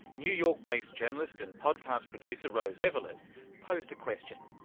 new york-based journalist and podcast producer rose eveleth posed a question,